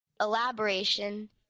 elaboration